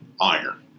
iron